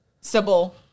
Sybil